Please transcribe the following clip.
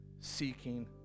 seeking